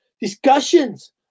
discussions